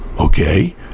Okay